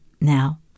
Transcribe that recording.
Now